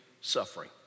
suffering